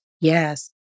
yes